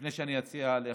אבל לפני שאני אציע לך,